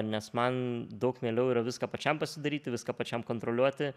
nes man daug mieliau yra viską pačiam pasidaryti viską pačiam kontroliuoti